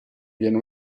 viene